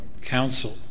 Council